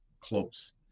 close